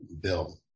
bill